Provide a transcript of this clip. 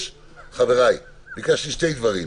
חבריי, ביקשתי שני דברים: